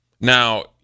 now